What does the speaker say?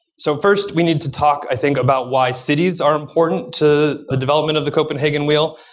so, first, we need to talk, i think, about why cities are important to the development of the copenhagen wheel.